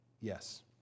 Yes